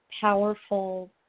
powerful